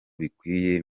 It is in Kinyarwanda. bikwiye